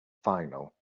final